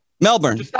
Melbourne